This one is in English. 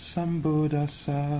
Sambuddhasa